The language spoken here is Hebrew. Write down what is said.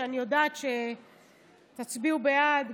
שאני יודעת שתצביעו בעד,